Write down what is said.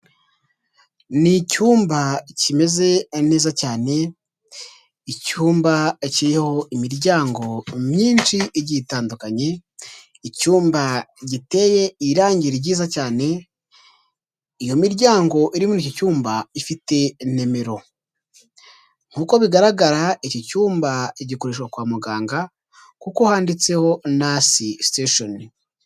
Ni icyumba kimeze neza cyane, icyumba kiriho imiryango myinshi igiye itandukanye, icyumba giteye irange ryiza cyane, iyo miryango iri muri iki cyumba ifite nimero nk'uko bigaragara, iki cyumba gikoreshwa kwa muganga kuko handitseho "Nurse Station."